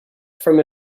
from